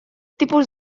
tipus